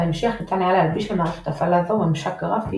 בהמשך ניתן היה להלביש על מערכת הפעלה זו ממשק גרפי